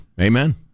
Amen